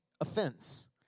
offense